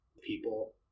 people